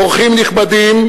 אורחים נכבדים,